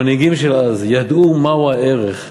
המנהיגים של אז ידעו מהו הערך,